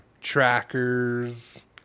trackers